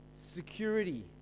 security